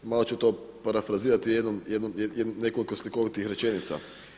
Malo ću to parafrazirati sa nekoliko slikovitih rečenica.